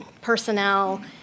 personnel